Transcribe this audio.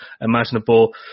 imaginable